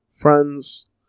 friends